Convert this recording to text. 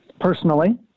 personally